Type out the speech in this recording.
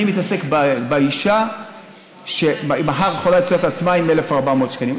אני מתעסק באישה שמחר יכולה למצוא את עצמה עם 1,400 שקלים.